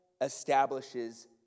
establishes